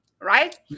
Right